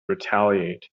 retaliate